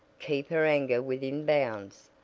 keep her anger within bounds.